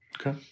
okay